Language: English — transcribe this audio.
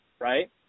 right